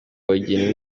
bageni